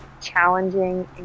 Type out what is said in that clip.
challenging